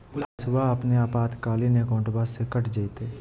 पैस्वा अपने आपातकालीन अकाउंटबा से कट जयते?